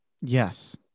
Yes